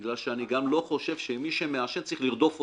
בגלל שאני לא חושב שמי שמעשן צריך לרדוף אותו.